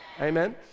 Amen